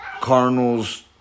Cardinals